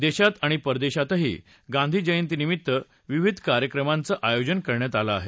देशात आणि परदेशातही गांधीजयंतीनिमित्त विविध कार्यक्रमांचं आयोजन करण्यात आलं आहे